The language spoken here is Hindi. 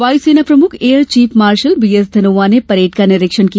वायुसेना प्रमुख air chief marshal BS Dhanoa ने परेड का निरीक्षण किया